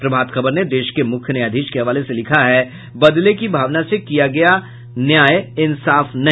प्रभात खबर ने देश के मुख्य न्यायाधीश के हवाले से लिखा है बदले की भावना से किया गया न्याय इंसाफ नहीं